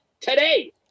today